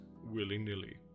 willy-nilly